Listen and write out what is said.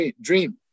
dream